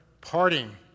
parting